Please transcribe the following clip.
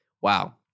wow